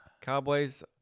Cowboys